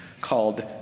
called